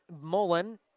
Mullen